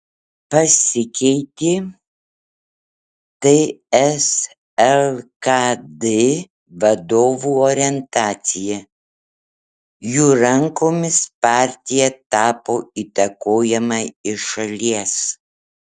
pasikeitė ts lkd vadovų orientacija jų rankomis partija tapo įtakojama iš šalies